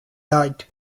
died